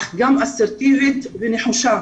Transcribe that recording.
אך גם אסרטיבית ונחושה.